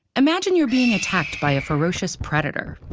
imagine you're being attacked by a ferocious predator.